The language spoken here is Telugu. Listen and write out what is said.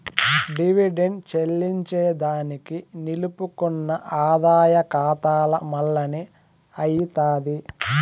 డివిడెండ్ చెల్లింజేదానికి నిలుపుకున్న ఆదాయ కాతాల మల్లనే అయ్యితాది